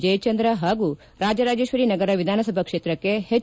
ಜಯಚಂದ್ರ ಹಾಗೂ ರಾಜರಾಜೇಶ್ವರಿ ನಗರ ವಿಧಾನಸಭಾ ಕ್ಷೇತ್ರಕ್ಕೆ ಹೆಚ್